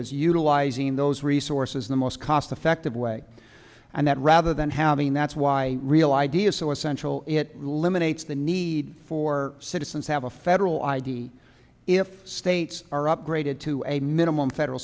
is utilizing those resources in the most cost effective way and that rather than having that's why real idea is so essential it limits the need for citizens have a federal id if states are upgraded to a minimum federal